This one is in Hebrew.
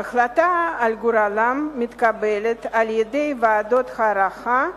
החלטה על גורלם מתקבלת על-ידי ועדות הערכה,